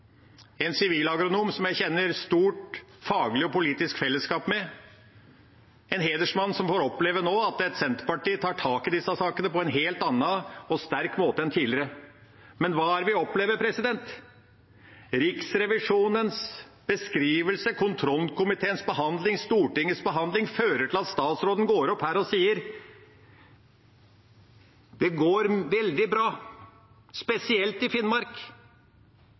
en sivilagronom jeg kjenner stort faglig og politisk fellesskap med, en hedersmann som nå får oppleve at Senterpartiet tar tak i disse sakene på en helt annen og sterkere måte enn tidligere. Men hva er det vi opplever? Riksrevisjonens beskrivelse, kontrollkomiteens behandling og Stortingets behandling fører til at statsråden går på talerstolen her og sier at det går veldig bra, spesielt i Finnmark.